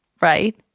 Right